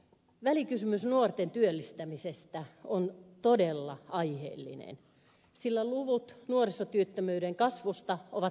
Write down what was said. välikysymys nuorten työllistämisestä on todella aiheellinen sillä luvut nuorisotyöttömyyden kasvusta ovat järkyttäviä